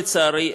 לצערי,